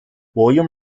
wilhelm